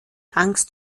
angst